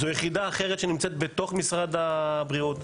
זו יחידה אחרת שנמצאת בתוך משרד הבריאות.